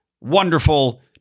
wonderful